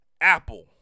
apple